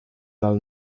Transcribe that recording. dal